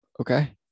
Okay